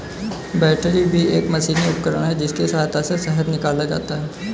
बैटरबी एक मशीनी उपकरण है जिसकी सहायता से शहद निकाला जाता है